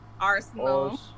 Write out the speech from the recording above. Arsenal